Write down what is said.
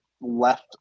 left